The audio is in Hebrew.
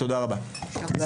תודה רבה.